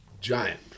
Giant